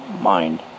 mind